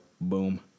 Boom